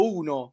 uno